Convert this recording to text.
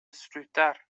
slutar